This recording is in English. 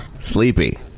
sleepy